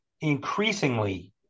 increasingly